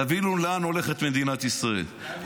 תבינו לאן הולכת מדינת ישראל.